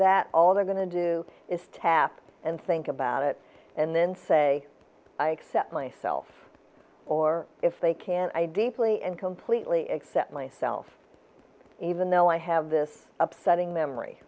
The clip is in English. that all they're going to do is tap and think about it and then say i accept myself or if they can i deeply and completely except myself even though i have this upsetting memory